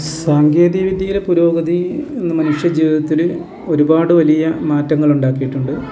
സാങ്കേതികവിദ്യയിലെ പുരോഗതി ഇന്ന് മനുഷ്യ ജീവിതത്തില് ഒരുപാട് വലിയ മാറ്റങ്ങളുണ്ടാക്കിയിട്ടുണ്ട്